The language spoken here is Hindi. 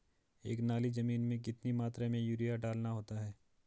एक नाली जमीन में कितनी मात्रा में यूरिया डालना होता है?